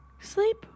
Sleep